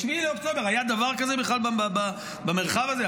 ב-7 באוקטובר היה דבר כזה בכלל במרחב הזה?